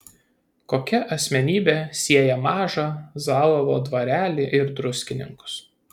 kokia asmenybė sieja mažą zalavo dvarelį ir druskininkus